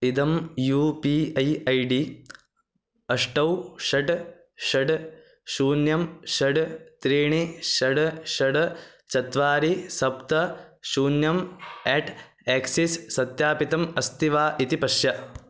इदं U P I I D अष्टौ षड् षड् शून्यं षड् त्रीणि षड् षड् चत्वारि सप्त शून्यम् अट् एक्सिस् सत्यापितम् अस्ति वा इति पश्य